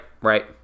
right